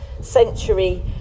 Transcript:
century